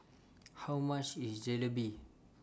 How much IS Jalebi